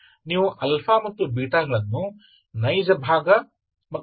ನೀವು αβಗಳನ್ನು ನೈಜ ಭಾಗ ಮತ್ತು ಕಾಲ್ಪನಿಕ ಭಾಗವಾಗಿ ತೆಗೆದುಕೊಳ್ಳುತ್ತೀರಿ